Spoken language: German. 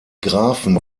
grafen